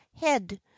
head